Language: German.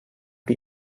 die